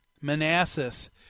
Manassas